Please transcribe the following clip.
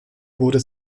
wurde